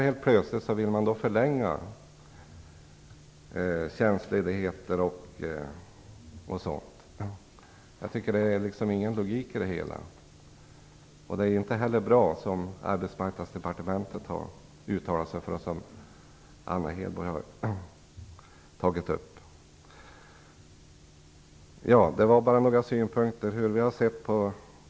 Helt plötsligt vill man utöka möjligheten till tjänstledighet. Det finns ingen logik i det. Arbetsmarknadsdepartementet har uttalat sig om att det inte är bra, och Anna Hedborg har också tagit upp detta. Det var några av våra synpunkter dessa frågor.